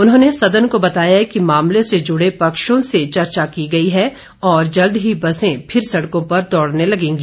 उन्होंने सदन को बताया कि मामले से जुड़े पक्षों से चर्चा की गई है और जल्द ही बसें फिर सड़कों पर दौड़ने लगेंगी